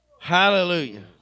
Hallelujah